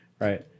right